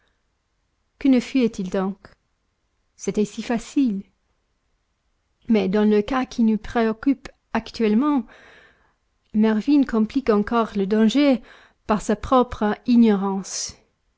que ne fuyait il donc c'était si facile mais dans le cas qui nous préoccupe actuellement mervyn complique encore le danger par sa propre ignorance